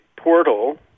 portal